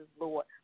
Lord